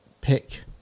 pick